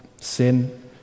sin